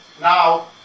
Now